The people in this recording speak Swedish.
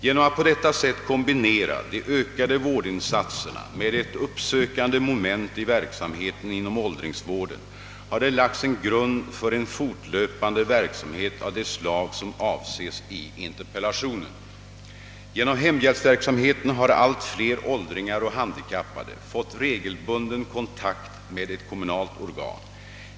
Genom att på detta sätt kombinera de ökade vårdinsatserna med ett uppsökande moment i verksamheten inom åldringsvården har det lagts en grund för en fortlöpan Genom hemhjälpsverksamheten har allt fler åldringar och handikappade fått regelbunden kontakt med ett kommunalt organ.